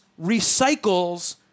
recycles